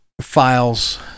files